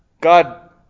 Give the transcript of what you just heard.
God